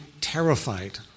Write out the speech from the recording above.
terrified